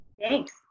Thanks